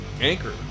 Anchor